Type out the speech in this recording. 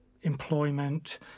employment